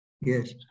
Yes